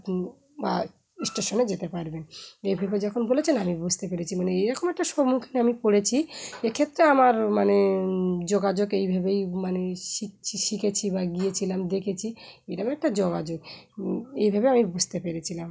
বা স্টেশনে যেতে পারবেন এইভাবে যখন বলেছেন আমি বুঝতে পেরেছি মানে এইরকম একটা সম্মুখীন আমি পড়েছি এক্ষেত্রে আমার মানে যোগাযোগ এইভাবেই মানে শিখছি শিখেছি বা গিয়েছিলাম দেখেছি এরম একটা যোগাযোগ এইভাবে আমি বুঝতে পেরেছিলাম